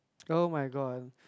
oh-my-god